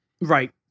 Right